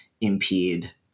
impede